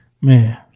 man